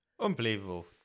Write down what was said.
Unbelievable